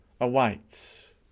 awaits